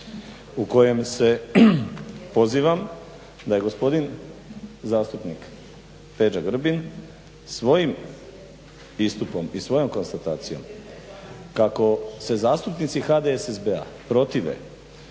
5.u kojem se pozivam da je gospodin zastupnik Peđa Grbin svojim istupom i svojom konstatacijom kako se zastupnici HDSSB-a protive